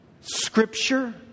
Scripture